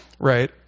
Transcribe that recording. right